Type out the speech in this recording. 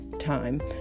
Time